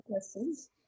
questions